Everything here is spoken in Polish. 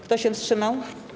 Kto się wstrzymał?